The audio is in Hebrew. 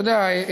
אתה יודע,